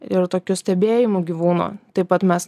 ir tokiu stebėjimu gyvūno taip pat mes